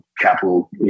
capital